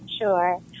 Sure